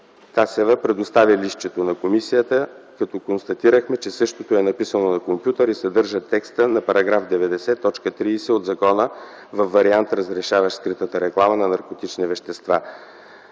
Тасева предостави листчето на комисията, като констатирахме, че същото е написано на компютър и съдържа текста на § 90, т. 30 от закона във вариант, разрешаващ скритата реклама на наркотични вещества.